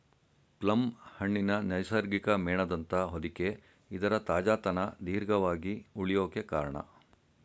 plum ಹಣ್ಣಿನ ನೈಸರ್ಗಿಕ ಮೇಣದಂಥ ಹೊದಿಕೆ ಇದರ ತಾಜಾತನ ದೀರ್ಘವಾಗಿ ಉಳ್ಯೋಕೆ ಕಾರ್ಣ